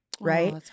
right